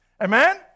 Amen